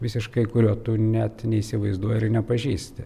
visiškai kurio tu net neįsivaizduoji ir nepažįsti